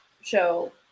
show